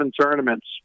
tournaments